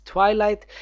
Twilight